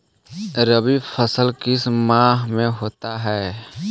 रवि फसल किस माह में होता है?